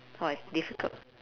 !wah! it's difficult